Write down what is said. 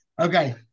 Okay